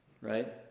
Right